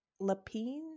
lapine